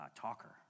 talker